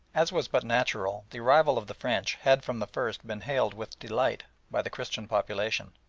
as was but natural, the arrival of the french had from the first been hailed with delight by the christian population.